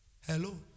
Hello